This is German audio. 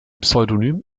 pseudonym